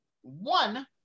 one